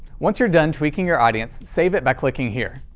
once you're done tweaking your audience, save it by clicking here.